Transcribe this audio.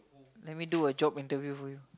let me do a job interview for you